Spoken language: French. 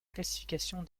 classification